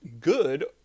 good